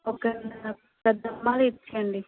ఒక రెండు